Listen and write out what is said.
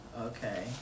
Okay